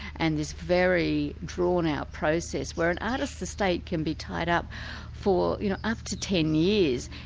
and this very drawn-out process where an artist's estate can be tied up for you know up to ten years.